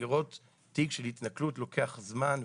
לראות תיק של התנכלות לוקח זמן,